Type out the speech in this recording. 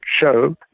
show